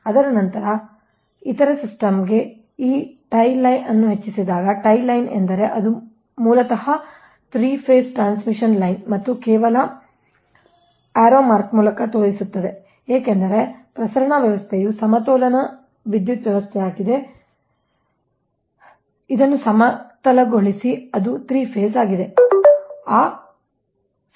ಅದರ ನಂತರ ಇತರ ಸಿಸ್ಟಮ್ ಗೆ ಈ ಟೈ ಲೈನ್ ಅನ್ನು ಹೆಚ್ಚಿಸಿದಾಗ ಟೈ ಲೈನ್ ಎಂದರೆ ಅದು ಮೂಲತಃ 3 ಫೇಸ್ ಟ್ರಾನ್ಸ್ಮಿಷನ್ ಲೈನ್ ಮತ್ತು ಕೇವಲ - ಮೂಲಕ ತೋರಿಸುತ್ತದೆ ಏಕೆಂದರೆ ಪ್ರಸರಣ ವ್ಯವಸ್ಥೆಯು ಸಮತೋಲನ ವಿದ್ಯುತ್ ವ್ಯವಸ್ಥೆಯಾಗಿದೆ ನಿಮ್ಮದನ್ನು ಸಮತೋಲನಗೊಳಿಸಿ ಅದು 3 ಫೇಸ್ ಆಗಿದೆ